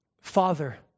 Father